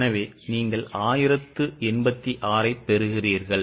எனவே நீங்கள் 1086 பெறுகிறீர்கள்